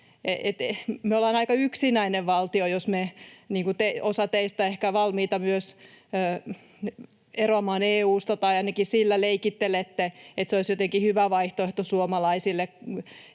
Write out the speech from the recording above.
Me oltaisiin aika yksinäinen valtio. Osa teistä on ehkä valmiita myös eroamaan EU:sta, tai ainakin leikittelette sillä, että se olisi jotenkin hyvä vaihtoehto suomalaisille.